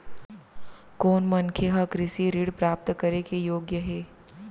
कोन मनखे ह कृषि ऋण प्राप्त करे के योग्य हे?